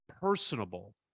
personable